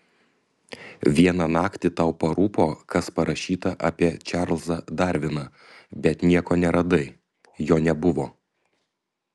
vieną naktį tau parūpo kas parašyta apie čarlzą darviną bet nieko neradai jo nebuvo